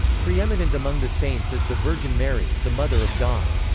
pre-eminent among the saints is the virgin mary, the mother of god.